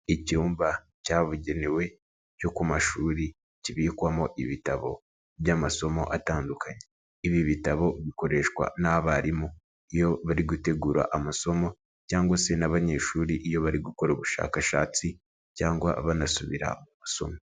Icyumba cyabugenewe cyo ku mashuri kibikwamo ibitabo by'amasomo atandukanye. Ibi bitabo bikoreshwa n'abarim iyo bari gutegura amasomo cyangwa se n'abanyeshuri iyo bari gukora ubushakashatsi cyangwa banasubira mu masomo.